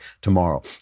tomorrow